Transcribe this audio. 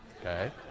Okay